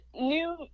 new